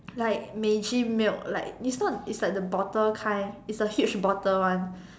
like Meiji milk like its not is like the bottle kind is the huge bottle one